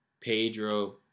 Pedro